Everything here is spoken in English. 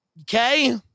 Okay